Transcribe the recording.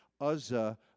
Uzzah